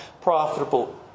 profitable